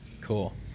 Cool